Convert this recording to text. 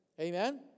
Amen